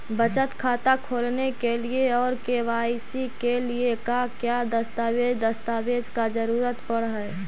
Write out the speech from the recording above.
बचत खाता खोलने के लिए और के.वाई.सी के लिए का क्या दस्तावेज़ दस्तावेज़ का जरूरत पड़ हैं?